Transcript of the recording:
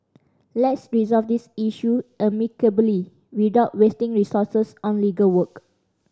let's resolve this issue amicably without wasting resources on legal work